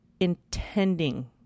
Intending